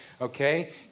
Okay